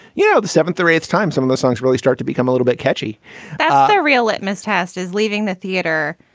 you know, the seventh or eighth time, some of the songs really start to become a little bit catchy ah the real litmus test is leaving the theater,